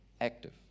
active